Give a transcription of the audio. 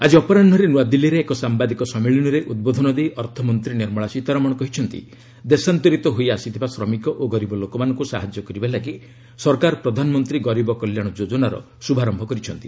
ଆକ୍ଟି ଅପରାହ୍ନରେ ନୂଆଦିଲ୍ଲୀରେ ଏକ ସାମ୍ଭାଦିକ ସମ୍ମିଳନୀରେ ଉଦ୍ବୋଧନ ଦେଇ ଅର୍ଥମନ୍ତୀ ନିର୍ମଳା ସୀତାରମଣ କହିଛନ୍ତି ଦେଶାନ୍ତରିତ ହୋଇଆସିଥିବା ଶ୍ରମିକ ଓ ଗରିବ ଲୋକମାନଙ୍କୁ ସାହାଯ୍ୟ କରିବା ଲାଗି ସରକାର ପ୍ରଧାନମନ୍ତ୍ରୀ ଗରିବ କଲ୍ୟାଣ ଯୋଜନାର ଶୁଭାରମ୍ଭ କରିଛନ୍ତି